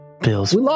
Bill's